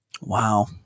Wow